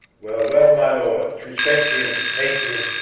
well, well my lords respect him, take him,